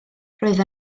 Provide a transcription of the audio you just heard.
roedd